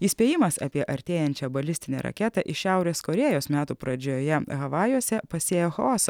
įspėjimas apie artėjančią balistinę raketą iš šiaurės korėjos metų pradžioje havajuose pasėjo chaosą